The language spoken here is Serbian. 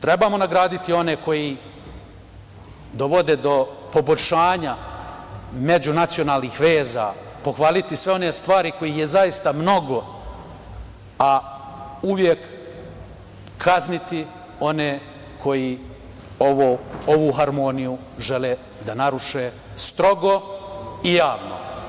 Trebamo nagraditi one koji dovode do poboljšanja međunacionalnih veza, pohvaliti sve one stvari kojih je zaista mnogo, a uvek kazniti one koji ovu harmoniju žele da naruše strogo i javno.